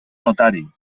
notari